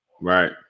Right